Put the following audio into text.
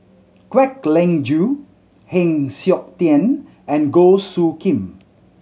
Kwek Leng Joo Heng Siok Tian and Goh Soo Khim